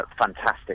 fantastic